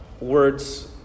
words